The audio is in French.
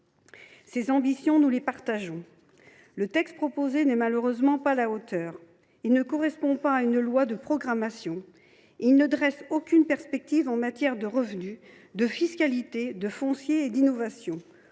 ces ambitions, mais le projet de loi proposé n’est malheureusement pas à la hauteur. Il ne correspond pas à une loi de programmation et ne dresse aucune perspective en matière de revenu, de fiscalité, de foncier et d’innovation.